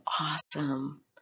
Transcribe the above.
awesome